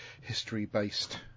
history-based